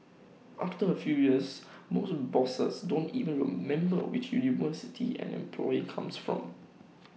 after A few years most bosses don't even remember which university an employee comes from